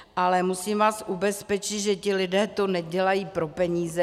Ale musím vás ubezpečit, že ti lidé to nedělají pro peníze.